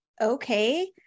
okay